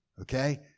okay